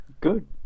Good